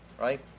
right